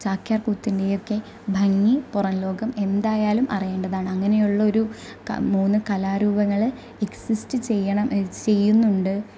ചാക്യാര്കൂത്തിന്റെയും ഒക്കെ ഭംഗി പുറം ലോകം എന്തായാലും അറിയണ്ടതാണ് അങ്ങനെയുള്ളൊരു ക മൂന്ന് കലാരൂപങ്ങള് എക്സിസ്റ്റ് ചെയ്യണം ചെയ്യുന്നുണ്ട്